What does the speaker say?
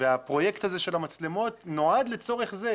והפרויקט הזה של המצלמות נועד לצורך זה,